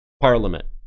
Parliament